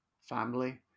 family